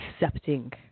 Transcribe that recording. accepting